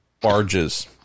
Barges